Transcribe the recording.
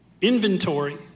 inventory